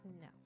no